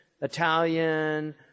Italian